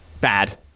bad